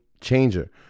changer